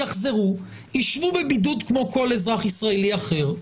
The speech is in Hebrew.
יחזר ו ישבו בבידוד כמו כל אזרח ישראלי אחר.